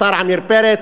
השר עמיר פרץ,